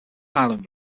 highland